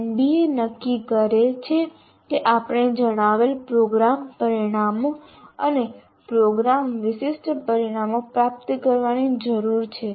NBA નક્કી કરે છે કે આપણે જણાવેલ પ્રોગ્રામ પરિણામો અને પ્રોગ્રામ વિશિષ્ટ પરિણામો પ્રાપ્ત કરવાની જરૂર છે